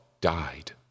died